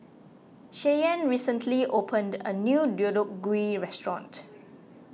Cheyenne recently opened a new Deodeok Gui restaurant